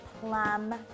plum